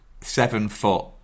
seven-foot